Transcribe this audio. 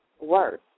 worse